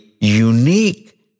unique